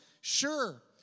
Sure